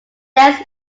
nest